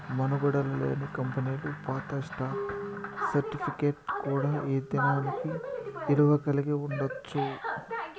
మనుగడలో లేని కంపెనీలు పాత స్టాక్ సర్టిఫికేట్ కూడా ఈ దినానికి ఇలువ కలిగి ఉండచ్చు